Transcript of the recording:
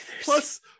Plus